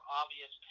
obvious